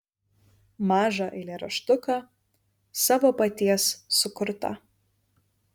mažą eilėraštuką savo paties sukurtą